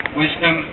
wisdom